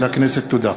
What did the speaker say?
תודה.